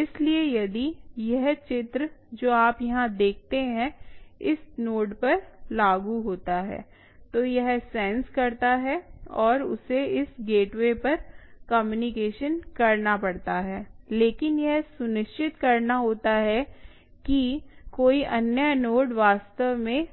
इसलिए यदि यह चित्र जो आप यहाँ देखते हैं इस नोड पर लागू होता है तो यह सेंस करता है और उसे इस गेटवे पर कम्युनिकेशन करना पड़ता है लेकिन यह सुनिश्चित करना होता है कि कोई अन्य नोड वास्तव में